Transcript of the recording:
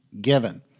given